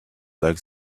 like